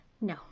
No